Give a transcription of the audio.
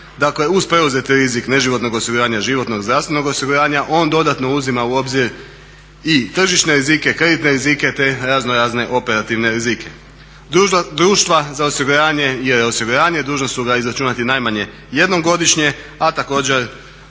Dakle, uz preuzeti rizik neživotnog osiguranja, životnog i zdravstvenog osiguranja on dodatno uzima u obzir i tržišne rizike, kreditne rizike te raznorazne operativne rizike. Društva za osiguranje i reosiguranje dužna su ga izračunati najmanje jednom godišnje, a također